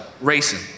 racing